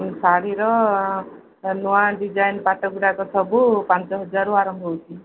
ଶାଢ଼ୀର ନୂଆ ଡିଜାଇନ୍ ପାଟଗୁଡ଼ାକ ସବୁ ପାଞ୍ଚ ହଜାରରୁ ଆରମ୍ଭ ହେଉଛି